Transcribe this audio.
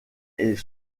est